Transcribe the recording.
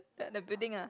the the building ah